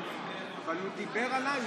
אבל הוא דיבר עליי,